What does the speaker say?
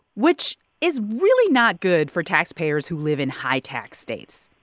which is really not good for taxpayers who live in high-tax states.